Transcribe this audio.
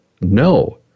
No